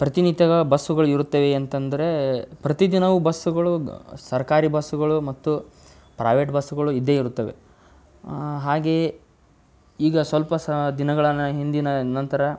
ಪ್ರತಿನಿತ್ಯದ ಬಸ್ಸುಗಳು ಇರುತ್ತವೆ ಅಂತಂದರೆ ಪ್ರತಿದಿನವೂ ಬಸ್ಸುಗಳು ಸರ್ಕಾರಿ ಬಸ್ಸುಗಳು ಮತ್ತು ಪ್ರವೇಟ್ ಬಸ್ಸುಗಳು ಇದ್ದೇ ಇರುತ್ತವೆ ಹಾಗೆಯೇ ಈಗ ಸ್ವಲ್ಪ ಸ ದಿನಗಳ ನ ಹಿಂದಿನ ನಂತರ